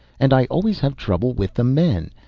and i always have trouble with the men.